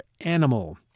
animal